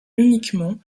uniquement